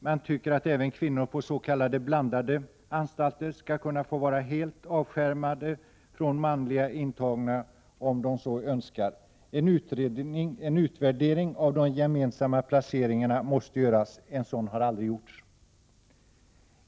Men vi tycker att även kvinnor på s.k. blandade anstalter skall kunna få vara helt avskärmade från manliga intagna om de så önskar. En utvärdering av de gemensamma placeringarna måste göras. En sådan har aldrig gjorts.